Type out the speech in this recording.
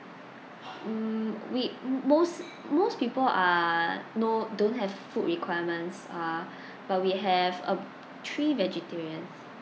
mm we m~ most most people are no don't have f~ food requirements ah but we have um three vegetarians